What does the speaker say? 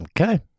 Okay